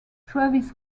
travis